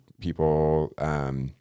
people